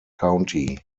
county